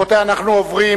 רבותי, אנחנו עוברים